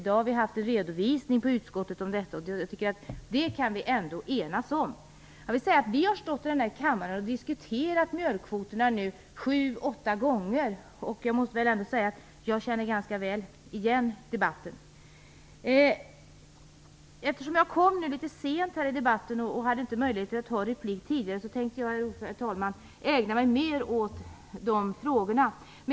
Vi har i dag haft en redovisning i utskottet om detta, och jag tycker att vi kan enas om denna uppfattning. Vi har nu diskuterat mjölkkvoterna sju, åtta gånger i kammaren, och jag måste säga att jag ganska väl känner igen debatten. Eftersom jag kommit in litet sent i den här debatten och inte har haft möjlighet att begära replik tidigare, tänker jag, herr talman, ägna mig mycket åt dessa frågor.